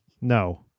No